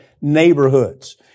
neighborhoods